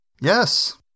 Yes